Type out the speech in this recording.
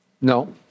No